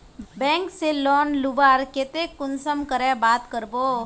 Bank से loan लुबार केते कुंसम करे बात करबो?